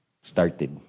started